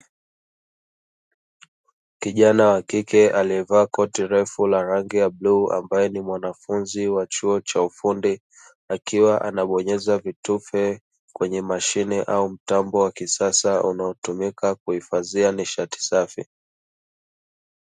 Kijana wa kike aliyevaa koti refu la rangi ya buluu ambaye ni mwanafunzi wa chuo cha ufundi, akiwa anabonyeza vitufe kwenye mashine au mtambo wa kisasa unaotumika kuhifadhia nishati safi.